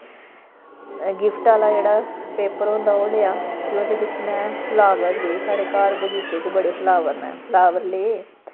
gift आह्ला जेह्ड़ा paper होंदा ओह् लेआ फिर ओह्दे बिच्च में फ्लावर ले साढ़े घर बगीचे च बड़े फ्लावर न फ्लावर ले